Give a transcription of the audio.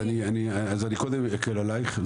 אני קודם אקל עליך,